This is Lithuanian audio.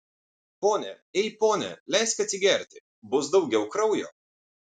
pone ei pone leisk atsigerti bus daugiau kraujo